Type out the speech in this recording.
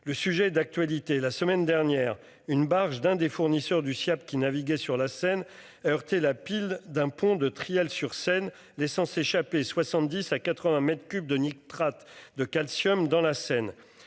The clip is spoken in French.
le sujet d'actualité, la semaine dernière une barge d'un des fournisseurs du Siaap qui naviguaient sur la Seine a heurté la pile d'un pont de Triel-sur-Seine des essence échapper 70 à 80 m3 de nitrate de calcium dans la Seine,